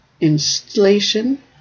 installation